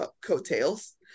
coattails